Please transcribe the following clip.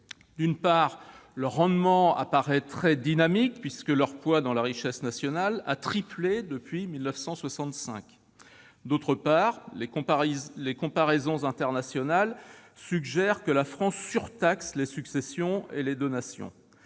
D'une part, leur rendement apparaît très dynamique, puisque leur poids dans la richesse nationale a triplé depuis 1965. D'autre part, les comparaisons internationales suggèrent que la France « surtaxe » les successions et donations.